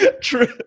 True